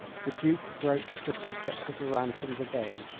the duke broached the subject of the ransoms again,